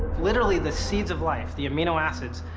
literally the seeds of life, the amino acids,